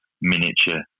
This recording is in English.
miniature